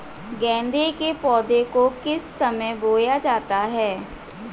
गेंदे के पौधे को किस समय बोया जाता है?